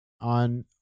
on